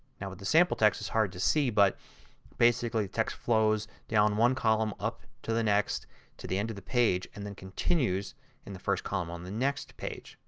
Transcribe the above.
now with the sample text it is hard to see but basically the text flows down one column, up to the next to the end of the page, and then continues in the first column on the next page.